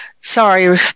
sorry